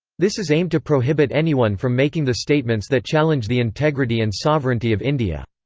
this is aimed to prohibit anyone from making the statements that challenge the integrity and sovereignty of india.